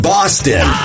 Boston